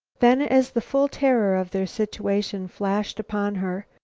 then, as the full terror of their situation flashed upon her,